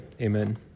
amen